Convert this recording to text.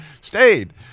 stayed